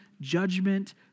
judgment